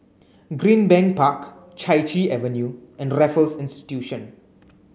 Greenbank Park Chai Chee Avenue and Raffles Institution